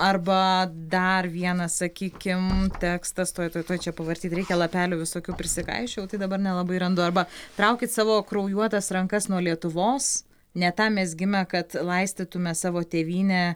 arba dar vienas sakykim tekstas tuoj tuoj tuoj čia pavartyt reikia lapelių visokių prikaišiojau tai dabar nelabai randu arba traukit savo kraujuotas rankas nuo lietuvos ne tam mes gimę kad laistytume savo tėvynę